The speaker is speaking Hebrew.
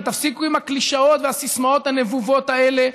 ותפסיקו עם הקלישאות והסיסמאות הנבובות האלה,